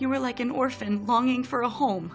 you are like an orphan longing for a home